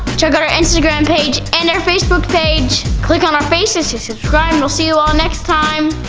check out our instagram page and our facebook page. click on our faces to subscribe and we'll see you all next time.